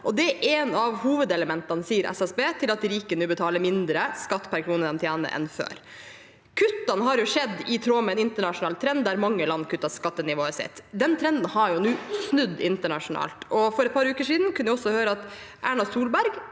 det er et av hovedelementene, sier SSB, til at rike nå betaler mindre skatt per krone de tjener, enn før. Kuttene har skjedd i tråd med en internasjonal trend, der mange land kutter skattenivået sitt. Den trenden har nå snudd internasjonalt, og for et par uker siden kunne vi også høre at Erna Solberg